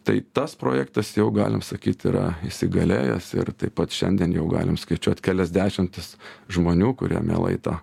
tai tas projektas jau galim sakyt yra įsigalėjęs ir pat šiandien jau galim skaičiuot kelias dešimtis žmonių kurie mielai tą